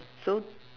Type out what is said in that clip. so